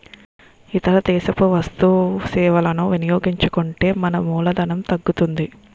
ఇతర దేశపు వస్తు సేవలని వినియోగించుకుంటే మన మూలధనం తగ్గుతుంది